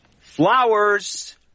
Flowers